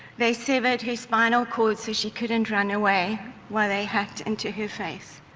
they severed her spinal cord so she couldn't run away while they hacked into her face.